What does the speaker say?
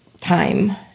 time